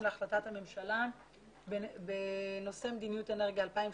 להחלטת הממשלה בנושא מדיניות אנרגיה 2030